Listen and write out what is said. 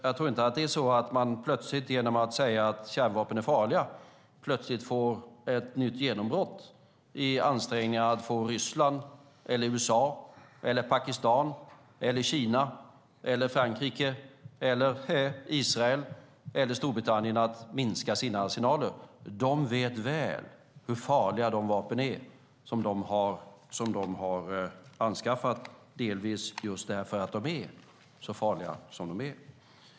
Jag tror inte heller att man genom att säga att kärnvapen är farliga plötsligt får ett nytt genombrott i ansträngningen att få Ryssland, USA, Pakistan, Kina, Frankrike, Israel eller Storbritannien att minska sina arsenaler. De vet mycket väl hur farliga de vapen är som de har anskaffat, vilket de har gjort delvis just därför att de är så farliga som de är.